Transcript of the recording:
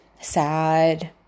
sad